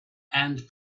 and